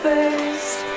First